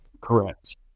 Correct